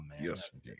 Yes